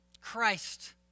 christ